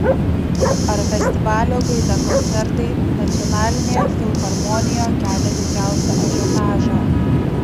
ar festivalio gaida koncertai nacionalinėje filharmonijoje kelia didžiausią ažiotažą